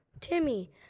Timmy